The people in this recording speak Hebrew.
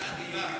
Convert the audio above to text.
היינו יוצאים נגדו.